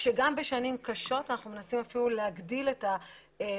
כשגם בשנים קשות אנחנו מנסים להגדיל משנה